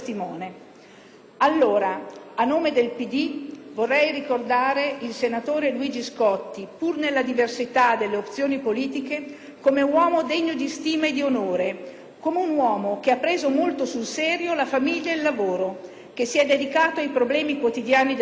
Democratico vorrei dunque ricordare il senatore Luigi Scotti, pur nella diversità delle opzioni politiche, come uomo degno di stima e di onore, come un uomo che ha preso molto sul serio la famiglia e il lavoro e si è dedicato ai problemi quotidiani della gente.